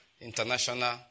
international